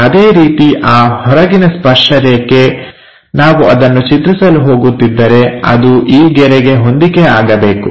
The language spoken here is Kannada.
ಅದೇ ರೀತಿ ಆ ಹೊರಗಿನ ಸ್ಪರ್ಶರೇಖೆ ನಾವು ಅದನ್ನು ಚಿತ್ರಿಸಲು ಹೋಗುತ್ತಿದ್ದರೆ ಅದು ಈ ಗೆರೆಗೆ ಹೊಂದಿಕೆ ಆಗಬೇಕು